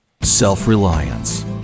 Self-reliance